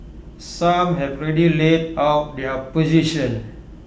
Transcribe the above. some have already laid out their position